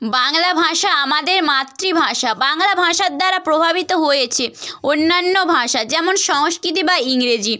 বাংলা ভাষা আমাদের মাতৃভাষা বাংলা ভাষার দ্বারা প্রভাবিত হয়েছে অন্যান্য ভাষা যেমন সংস্কৃত বা ইংরেজি